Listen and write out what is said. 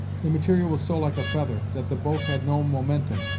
the material was so like a feather, that the boat had no momentum,